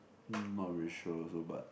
mm not very sure also but